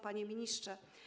Panie Ministrze!